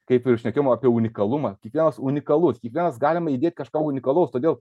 kaip ir šnekėjom apie unikalumą kiekvienas unikalus kiekvienas galime įdėt kažką unikalaus todėl